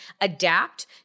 adapt